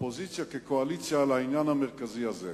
אופוזיציה כקואליציה, בעניין המרכזי הזה.